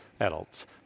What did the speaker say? adults